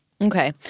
Okay